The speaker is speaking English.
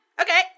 Okay